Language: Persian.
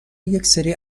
یکسری